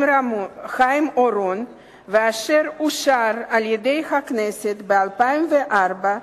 אורון ואשר אושר על-ידי הכנסת ב-2004,